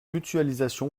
mutualisation